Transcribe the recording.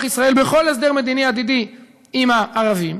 ישראל בכל הסדר מדיני עתידי עם הערבים,